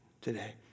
today